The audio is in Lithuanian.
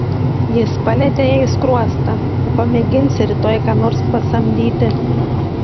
jis palietė jai skruostą ar pamėginsi rytoj ką nors pasamdyti